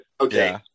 Okay